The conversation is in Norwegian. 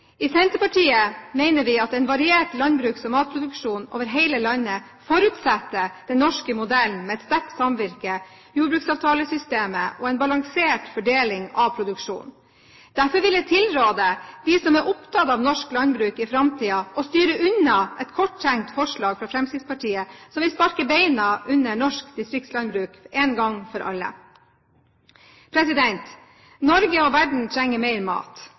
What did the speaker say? I Senterpartiet mener vi at en variert landbruks- og matproduksjon over hele landet forutsetter den norske modellen med et sterkt samvirke, jordbruksavtalesystemet og en balansert fordeling av produksjonen. Derfor vil jeg tilråde dem som er opptatt av norsk landbruk i framtiden, å styre unna et korttenkt forslag fra Fremskrittspartiet som vil sparke beina under norsk distriktslandbruk én gang for alle. Norge og verden trenger mat.